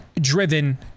driven